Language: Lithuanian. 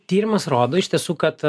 tyrimas rodo iš tiesų kad